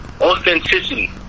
Authenticity